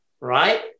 right